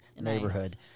neighborhood